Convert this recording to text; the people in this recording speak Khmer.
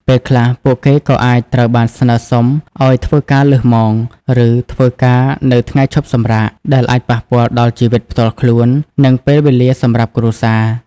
ពេលខ្លះពួកគេក៏អាចត្រូវបានស្នើសុំឲ្យធ្វើការលើសម៉ោង ឬធ្វើការនៅថ្ងៃឈប់សម្រាក ដែលអាចប៉ះពាល់ដល់ជីវិតផ្ទាល់ខ្លួន និងពេលវេលាសម្រាប់គ្រួសារ។